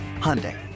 Hyundai